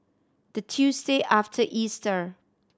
the Tuesday after Easter